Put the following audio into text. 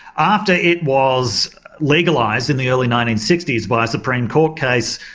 after it was legalised in the early nineteen sixty s by a supreme court case,